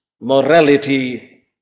morality